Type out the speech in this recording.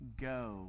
go